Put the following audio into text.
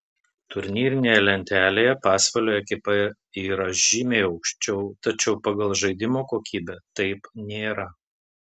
turnyrinėje lentelėje pasvalio ekipa yra žymiai aukščiau tačiau pagal žaidimo kokybę taip nėra